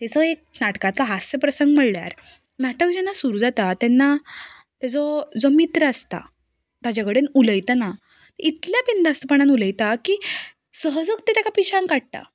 हाजो एक नाटकाचो हास्य प्रसंग म्हणल्यार नाटक जेन्ना सुरू जाता तेन्ना ताजो जो मित्र आसता ताचे कडेन उलयतना इतल्या बिंदास्तपणान उलयता की सहजच ती ताका पिश्यांत काडटा